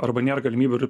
arba nėra galimybių ir